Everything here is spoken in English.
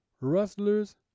wrestlers